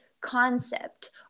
concept